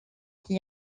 qui